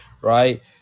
Right